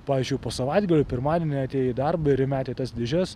pavyzdžiui po savaitgalio pirmadienį atėję į darbą ir įmetę į tas dėžes